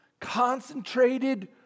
concentrated